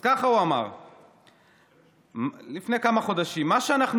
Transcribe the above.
אז כך הוא אמר לפני כמה חודשים: מה שאנחנו